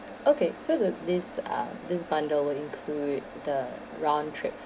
okay so the this uh this bundle will include the round trip